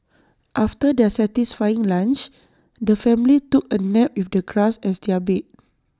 after their satisfying lunch the family took A nap with the grass as their bed